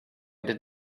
did